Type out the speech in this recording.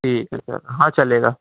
ٹھیک ہے سر ہاں چلے گا